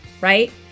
right